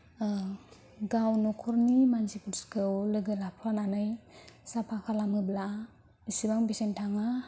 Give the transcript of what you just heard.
गाव न'खरनि मानसिफोरखौ लोगो लाफानानै साफा खालामोब्ला इसेबां बेसेन थाङा